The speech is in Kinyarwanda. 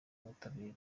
w’ubutabera